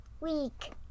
week